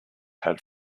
had